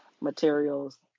materials